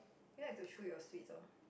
ya you have to throw your sweets lor